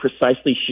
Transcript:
precisely